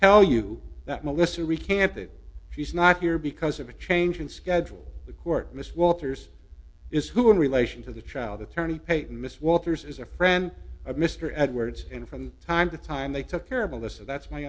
tell you that melissa recanted she's not here because of a change in schedule the court miss walters is who in relation to the child attorney peyton miss walters is a friend of mr edwards in from time to time they took care of alyssa that's my